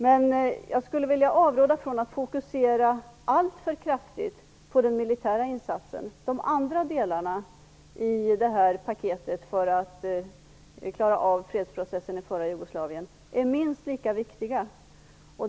Men jag skulle vilja avråda från att fokusera alltför kraftigt på den militära insatsen. De andra delarna i detta paket för att klara av fredsprocessen i förra Jugoslavien är minst lika viktiga.